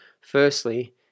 firstly